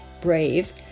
brave